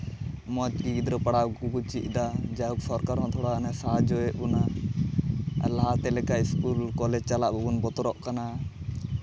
ᱢᱚᱡᱽ ᱛᱮ ᱜᱤᱫᱽᱨᱟᱹ ᱯᱟᱲᱦᱟᱣ ᱠᱚ ᱪᱮᱫ ᱫᱟ ᱡᱟᱣ ᱥᱚᱨᱠᱟᱨ ᱦᱚᱸ ᱛᱷᱚᱲᱟ ᱥᱟᱦᱟᱡᱽᱡᱚᱭᱮᱜ ᱵᱚᱱᱟ ᱟᱨ ᱞᱟᱦᱟᱛᱮ ᱞᱮᱠᱟ ᱥᱠᱩᱞ ᱠᱚᱞᱮᱡᱽ ᱪᱟᱞᱟᱜ ᱵᱚᱱ ᱵᱚᱛᱚᱨᱚᱜ ᱠᱟᱱᱟ